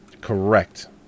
Correct